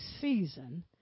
season